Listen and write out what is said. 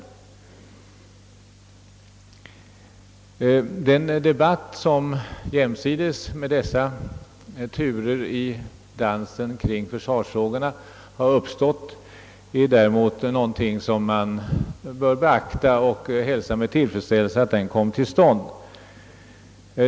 Den försvarspolitiska debatt som har uppstått jämsides med dessa turer i dansen kring försvarsfrågorna är däremot någonting som man bör beakta och hälsa med tillfredsställelse att den kommit till stånd.